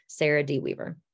sarahdweaver